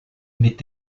mit